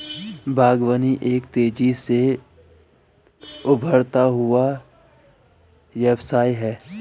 बागवानी एक तेज़ी से उभरता हुआ व्यवसाय है